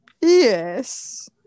yes